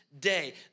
day